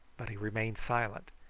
but he remained silent,